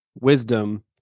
wisdom